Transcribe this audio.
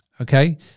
Okay